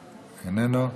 איננו,